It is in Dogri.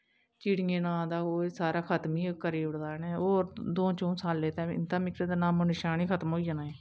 चिड़ियें नांऽ दा ओह् सारा खत्म गै करी ओड़े दा ऐ इ'नें होर दो चं'ऊ सालें च इं'दा बी नामो नंशान गै खतम होई जाना ऐ